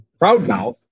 Proudmouth